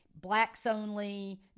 blacks-only